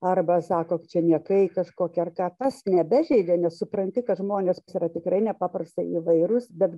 arba sako kad čia niekai kažkokie ar ką tas nebežeidė nesupranti kad žmonės yra tikrai nepaprastai įvairūs bet